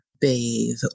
bathe